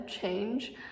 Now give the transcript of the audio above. change